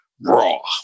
raw